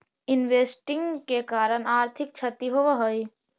investing के कारण आर्थिक क्षति होवऽ हई